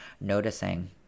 noticing